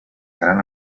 gran